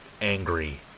angry